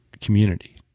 community